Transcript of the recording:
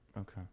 Okay